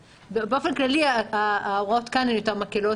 באופן כללי ההוראות כאן הן יותר מקלות,